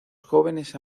jóvenes